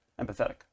empathetic